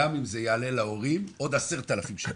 גם אם זה יעלה להורים עוד 10,000 שקל,